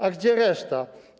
A gdzie reszta?